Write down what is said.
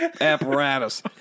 apparatus